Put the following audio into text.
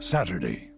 Saturday